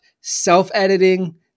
self-editing